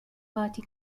party